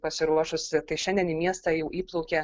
pasiruošusi tai šiandien į miestą jau įplaukė